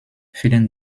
vielen